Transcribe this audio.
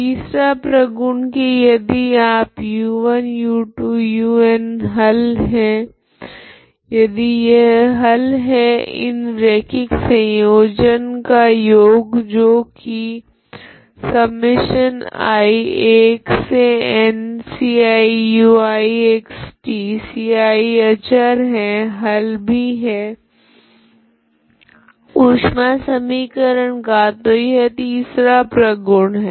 तीसरा प्रगुण की यदि आप u1u2un हल है यदि यह हल है इन रेखिक संयोजन का योग जो की Ci अचर है हल भी है ऊष्मा समीकरण का तो यह तीसरा प्रगुण है